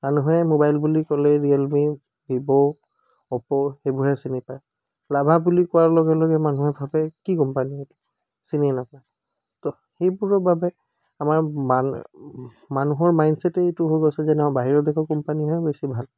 মানুহে ম'বাইল বুলি ক'লে ৰিয়েলমি বুলি ক'লে ভিভ' অপো সেইবোৰহে চিনি পায় লাভা বুলি কোৱাৰ লগে লগে মানুহে ভাবে কি কোম্পানী এইটো চিনিয়ে নাপাই তো সেইবোৰৰ বাবে আমাৰ মান মানুহৰ মাইণ্ডছেটেই এইটো হৈ গৈছে যে বাহিৰৰ দেশৰ কোম্পানীহে বেছি ভাল